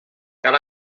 cal